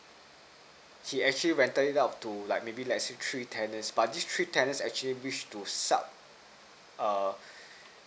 he actually went tie it up to like maybe like to three tenant but these three tenants actually wish to sub err